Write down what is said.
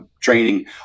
training